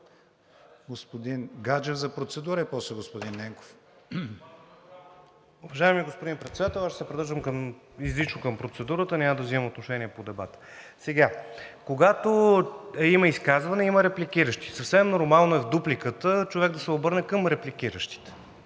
Господин Гаджев – за процедура, после и господин Ненков. ХРИСТО ГАДЖЕВ (ГЕРБ-СДС): Уважаеми господин Председател, аз ще се придържам изрично към процедурата. Няма да взимам отношение по дебата. Когато има изказване, има репликиращи. Съвсем нормално е в дупликата човек да се обърне към репликиращите